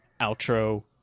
outro